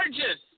gorgeous